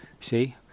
see